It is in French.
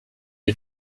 est